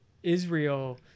Israel